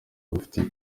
agufitiye